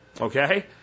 Okay